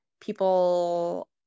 people